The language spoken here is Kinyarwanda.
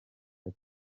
ati